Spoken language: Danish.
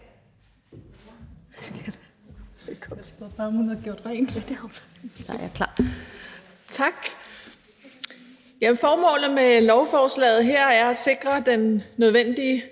Formålet med lovforslaget her er at sikre det nødvendige